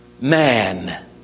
man